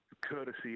courtesy